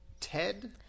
ted